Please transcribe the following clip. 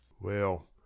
Well